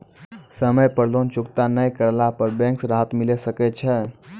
समय पर लोन चुकता नैय करला पर बैंक से राहत मिले सकय छै?